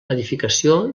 edificació